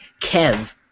Kev